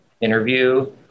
interview